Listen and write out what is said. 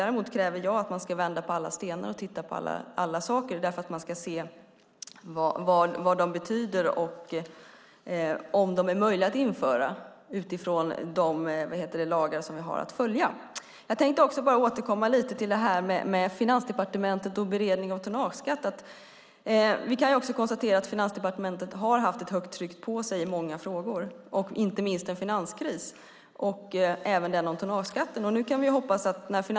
Däremot kräver jag att man ska vända på alla stenar och titta på alla saker. Man ska nämligen se vad de betyder och om de är möjliga att införa, utifrån de lagar som vi har att följa. Jag tänkte bara återkomma lite till det här med Finansdepartementet och beredningen av tonnageskatt. Vi kan konstatera att Finansdepartementet har haft ett högt tryck på sig i många frågor. Inte minst har det varit en finanskris. Det handlar även om frågan om tonnageskatten.